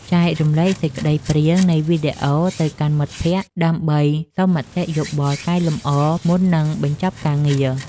ចែករំលែកសេចក្ដីព្រាងនៃវីដេអូទៅកាន់មិត្តភក្តិដើម្បីសុំមតិយោបល់កែលម្អមុននឹងបញ្ចប់ការងារ។